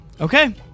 Okay